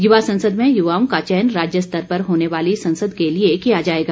युवा संसद में युवाओं का चयन राज्य स्तर पर होने वाली संसद के लिए किया जाएगा